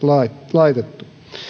laitettu